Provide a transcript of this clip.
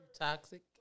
Toxic